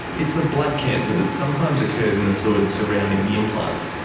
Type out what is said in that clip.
it's a blood cancer that sometimes occurs in the fluid surrounding the implants.